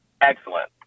excellent